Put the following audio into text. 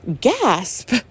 gasp